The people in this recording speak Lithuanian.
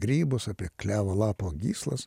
grybus apie klevo lapo gyslas